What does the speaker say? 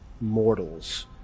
mortals